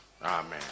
Amen